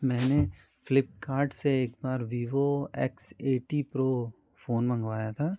मैंने फ्लिप्कार्ट से एक बार Vivo X eighty pro phone मंगवाया था